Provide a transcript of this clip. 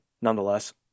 nonetheless